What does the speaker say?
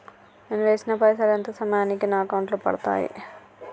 నేను వేసిన పైసలు ఎంత సమయానికి నా అకౌంట్ లో పడతాయి?